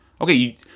okay